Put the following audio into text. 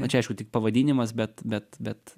na čia aišku tik pavadinimas bet bet bet